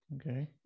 Okay